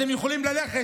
אתם יכולים ללכת